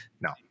No